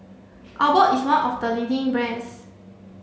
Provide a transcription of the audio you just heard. Abbott is one of the leading brands